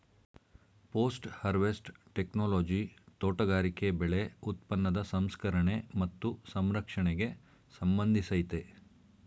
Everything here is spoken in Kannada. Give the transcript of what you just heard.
ಪೊಸ್ಟ್ ಹರ್ವೆಸ್ಟ್ ಟೆಕ್ನೊಲೊಜಿ ತೋಟಗಾರಿಕೆ ಬೆಳೆ ಉತ್ಪನ್ನದ ಸಂಸ್ಕರಣೆ ಮತ್ತು ಸಂರಕ್ಷಣೆಗೆ ಸಂಬಂಧಿಸಯ್ತೆ